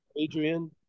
Adrian